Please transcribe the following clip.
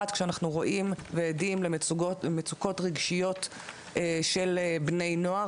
כשאנחנו רואים ועדים למצוקות רגשיות של בני נוער,